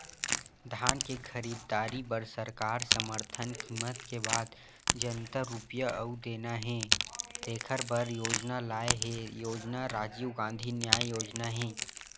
धान के खरीददारी बर सरकार समरथन कीमत के बाद जतना रूपिया अउ देना हे तेखर बर योजना लाए हे योजना राजीव गांधी न्याय योजना हे